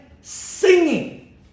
singing